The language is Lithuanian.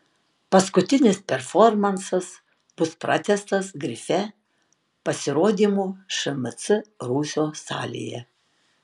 paskutinis performansas bus pratęstas grife pasirodymu šmc rūsio salėje